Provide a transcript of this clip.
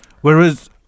whereas